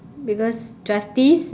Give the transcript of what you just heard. because justice